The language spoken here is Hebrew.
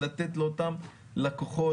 לתת לאותם לקוחות,